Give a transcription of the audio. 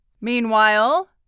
Meanwhile